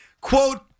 Quote